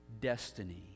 destiny